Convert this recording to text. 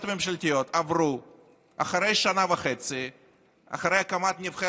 שנים נבנו באופן הראוי, מפורקים